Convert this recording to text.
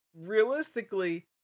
realistically